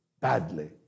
badly